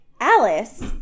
Alice